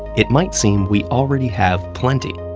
it might seem we already have plenty.